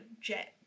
jet